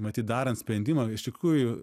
matyt darant sprendimą iš tikrųjų